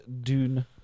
Dune